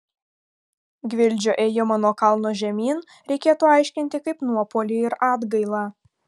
gvildžio ėjimą nuo kalno žemyn reikėtų aiškinti kaip nuopuolį ir atgailą